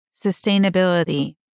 sustainability